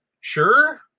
sure